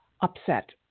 upset